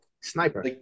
sniper